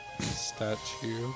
statue